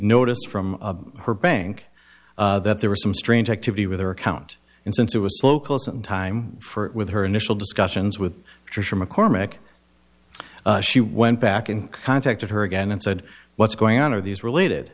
notice from her bank that there was some strange activity with her account and since it was so close in time for it with her initial discussions with tricia mccormick she went back and contacted her again and said what's going on are these related